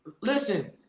Listen